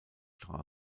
str